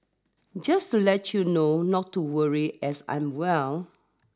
just to let you know not to worry as I'm well